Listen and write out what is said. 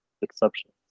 exceptions